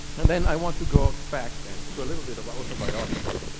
and then i want to go back then to a little bit of autobiography,